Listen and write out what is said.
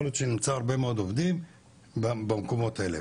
יכול להיות שנמצא הרבה מאד עובדים במקומות האלה,